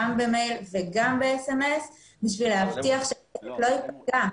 גם במייל וגם ב-SMS כדי להבטיח שלא ייפגע.